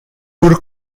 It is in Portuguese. por